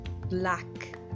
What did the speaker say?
Black